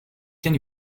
can